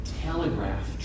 telegraph